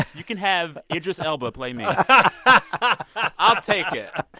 you can have idris elba play me but i'll take yeah